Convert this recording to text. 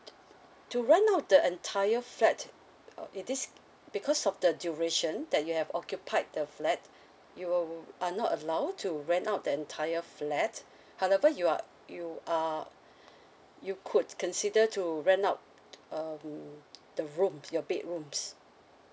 to rent out the entire flat uh it is because of the duration that you have occupied the flat you are not allowed to rent out the entire flat however you are you are you could consider to rent out um the rooms your bedrooms